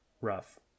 rough